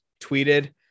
tweeted